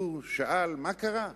הוא שאל: מה קרה?